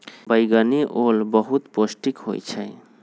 बइगनि ओल बहुते पौष्टिक होइ छइ